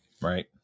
Right